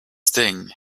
sting